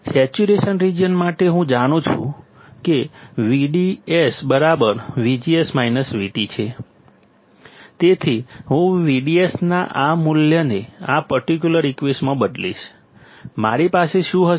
saturation region માટે હું જાણું છું VDS VGS VT તેથી હું VDS ના આ મૂલ્યને આ પર્ટિક્યુલર ઈક્વેશનમાં બદલીશ મારી પાસે શું હશે